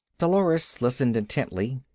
dolores listened intently.